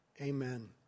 Amen